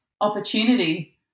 opportunity